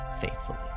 faithfully